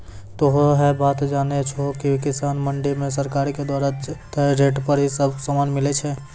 तोहों है बात जानै छो कि किसान मंडी मॅ सरकार के द्वारा तय रेट पर ही सब सामान मिलै छै